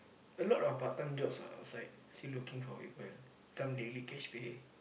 a lot of part-time jobs what outside still looking for people some daily cash pay